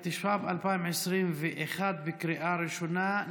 התשפ"ב 2021, בקריאה ראשונה.